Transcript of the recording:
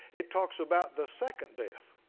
it talks about the second death.